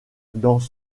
dans